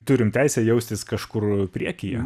turim teisę jaustis kažkur priekyje